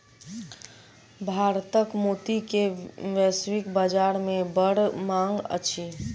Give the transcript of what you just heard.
भारतक मोती के वैश्विक बाजार में बड़ मांग अछि